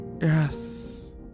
Yes